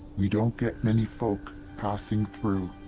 we don't get many folk passing through.